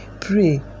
pray